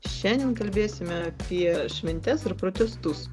šiandien kalbėsime apie šventes ir protestus